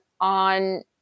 on